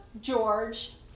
George